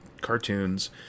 cartoons